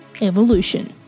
Evolution